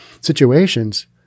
situations